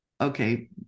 okay